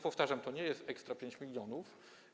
Powtarzam, to nie jest ekstra 5 mln.